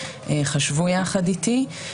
חשבו יחד איתי,